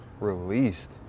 released